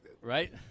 right